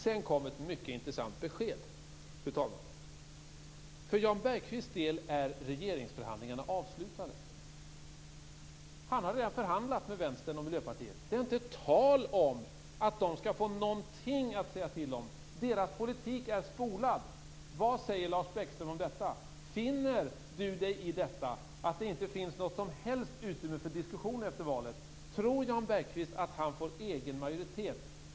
Sedan kom ett mycket intressant besked, fru talman. För Jan Bergqvists del är regeringsförhandlingarna avslutade. Han har redan förhandlat med Vänstern och Miljöpartiet. Det är inte tal om att de skall få någonting att säga till om. Deras politik är spolad. Vad säger Lars Bäckström om detta? Finner han sig i att det inte finns något som helst utrymme för diskussioner efter valet? Tror Jan Bergqvist att han får egen majoritet?